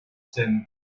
them